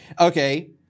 okay